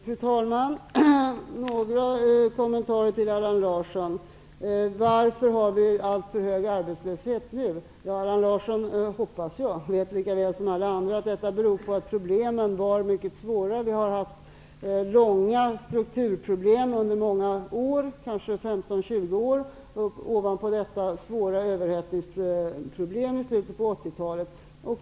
Fru talman! Jag har några kommentarer till Allan Larsson. Allan Larsson frågade varför vi har alltför hög arbetslöshet nu. Allan Larsson vet, hoppas jag, lika väl som alla andra att detta beror på mycket svåra problem. Vi har haft långvariga strukturproblem. Det rör sig kanske om 15--20 år. Därutöver hade vi svåra överhettningsproblem i slutet av 80-talet.